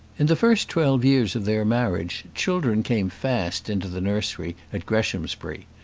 in the first twelve years of their marriage, children came fast into the nursery at greshamsbury.